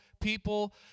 people